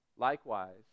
Likewise